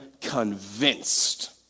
convinced